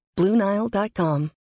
BlueNile.com